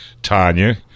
tanya